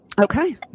Okay